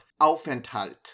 Aufenthalt